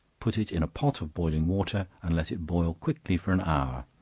put it in a pot of boiling water and let it boil quickly for an hour.